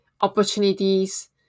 opportunities